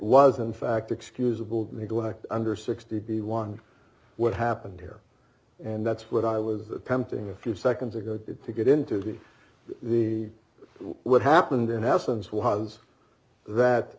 was in fact excusable neglect under sixty b one what happened here and that's what i was attempting a few seconds ago to get into the what happened in essence was that